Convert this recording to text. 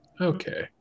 Okay